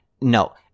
No